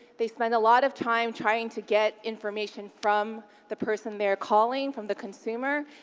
they spend a lot of time trying to get information from the person they're calling, from the consumer,